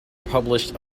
published